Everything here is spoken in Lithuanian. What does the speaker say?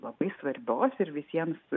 labai svarbios ir visiems